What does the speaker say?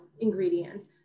ingredients